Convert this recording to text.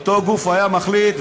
אותו גוף היה מחליט,